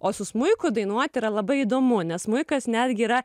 o su smuiku dainuoti yra labai įdomu nes smuikas netgi yra